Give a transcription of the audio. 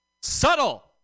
subtle